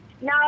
No